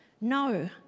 No